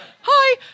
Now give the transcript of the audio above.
hi